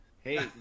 Hey